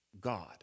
God